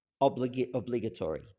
obligatory